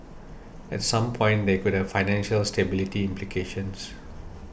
at some point they could have financial stability implications